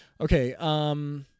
Okay